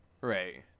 Right